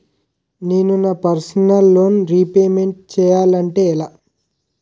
నేను నా personal loan repayment చేయాలంటే ఎలా?